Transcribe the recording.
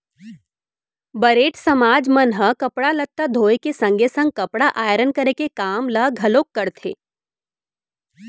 बरेठ समाज मन ह कपड़ा लत्ता धोए के संगे संग कपड़ा आयरन करे के काम ल घलोक करथे